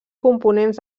components